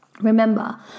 Remember